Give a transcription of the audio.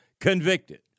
convicted